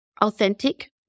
authentic